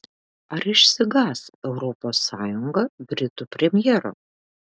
ar išsigąs europos sąjunga britų premjero